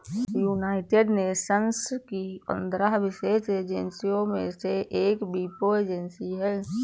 United Nations की पंद्रह विशेष एजेंसियों में से एक वीपो एजेंसी है